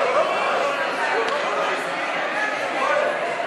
היו"ר יואל חסון: